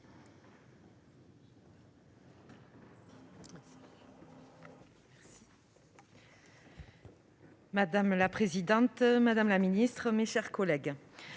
Madame la présidente, madame la ministre, mes chers collègues,